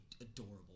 adorable